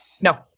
No